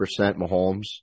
Mahomes